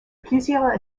plusieurs